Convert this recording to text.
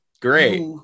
Great